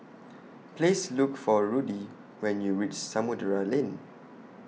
Please Look For Rudy when YOU REACH Samudera Lane